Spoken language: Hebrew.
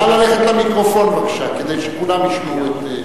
נא ללכת למיקרופון, בבקשה, כדי שכולם ישמעו.